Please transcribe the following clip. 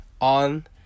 on